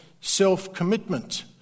self-commitment